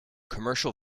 commercial